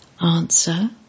Answer